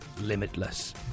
limitless